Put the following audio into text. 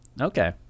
Okay